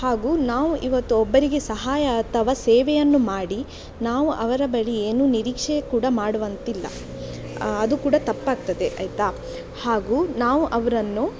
ಹಾಗೂ ನಾವು ಇವತ್ತು ಒಬ್ಬರಿಗೆ ಸಹಾಯ ಅಥವಾ ಸೇವೆಯನ್ನು ಮಾಡಿ ನಾವು ಅವರ ಬಳಿ ಏನೂ ನಿರೀಕ್ಷೆ ಕೂಡ ಮಾಡುವಂತಿಲ್ಲ ಅದು ಕೂಡ ತಪ್ಪಾಗ್ತದೆ ಆಯಿತಾ ಹಾಗೂ ನಾವು ಅವರನ್ನು